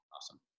Awesome